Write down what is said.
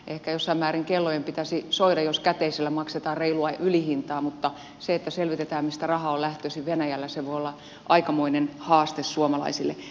ehkä jossain määrin kellojen pitäisi soida jos käteisellä maksetaan reilua ylihintaa mutta se että selvitetään mistä raha on lähtöisin venäjällä voi olla aikamoinen haaste suomalaisille